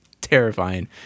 terrifying